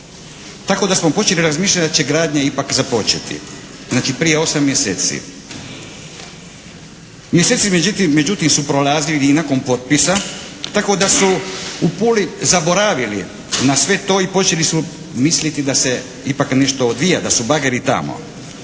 tako da smo počeli razmišljati da će gradnja ipak započeti, znači prije 8 mjeseci. Mjeseci međutim su prolazili i nakon potpisa tako da su u Puli zaboravili na sve to i počeli su misliti da se ipak nešto odvija, da su bageri tamo.